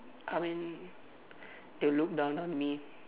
I mean they will look down on me